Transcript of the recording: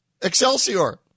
Excelsior